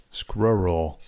squirrel